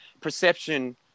perception